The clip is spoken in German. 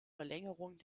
verlängerung